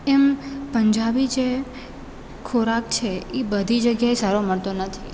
એમ પંજાબી છે ખોરાક છે એ બધી જગ્યા એ સારો મળતો નથી